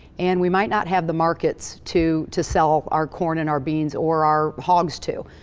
and we might not have the markets to to sell our corn, and our beans, or our hogs to.